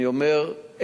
אני אומר,